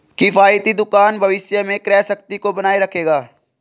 किफ़ायती दुकान भविष्य में क्रय शक्ति को बनाए रखेगा